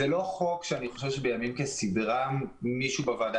זה לא חוק שבימים כסדרם מישהו בוועדה